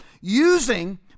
Using